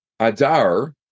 Adar